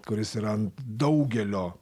kuris yra ant daugelio